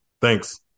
thanks